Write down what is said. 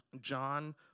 John